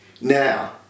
Now